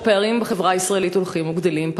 הפערים בחברה הישראלית הולכים וגדלים.